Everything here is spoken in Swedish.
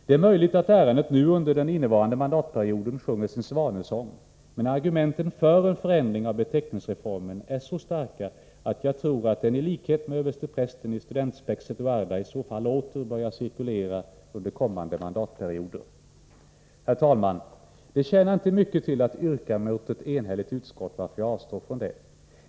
Det är möjligt att ärendet nu, under den innevarande mandatperioden, sjunger sin svanesång, men argumenten för en förändring av beteckningsreformen är så starka att jag tror att frågan i likhet med översteprästen i studentspexet Uarda i så fall under kommande mandatperioder åter börjar cirkulera. Herr talman! Det tjänar inte mycket till att ställa ett yrkande mot hemställan från ett enhälligt utskott, varför jag avstår från detta.